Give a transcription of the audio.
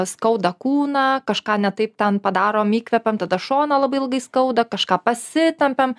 skauda kūną kažką ne taip ten padarom įkvepiam tada šoną labai ilgai skauda kažką pasitempiam